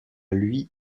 luye